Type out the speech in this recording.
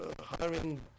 hiring